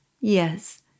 yes